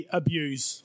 abuse